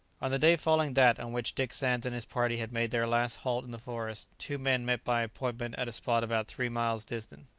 on the day following that on which dick sands and his party had made their last halt in the forest, two men met by appointment at a spot about three miles distant.